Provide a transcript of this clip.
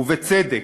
ובצדק,